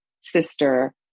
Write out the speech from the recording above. sister